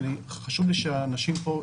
וחשוב לי שאנשים פה,